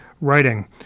writing